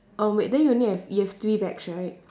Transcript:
oh wait then you only have you have three bags right